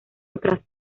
otras